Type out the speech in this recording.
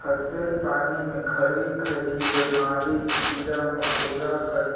फसिल पानी मे घरी घरी बेमारी, कीरा मकोरा कर